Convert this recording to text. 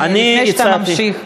לפני שאתה ממשיך,